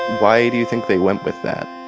why do you think they went with that?